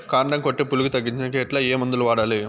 కాండం కొట్టే పులుగు తగ్గించేకి ఎట్లా? ఏ మందులు వాడాలి?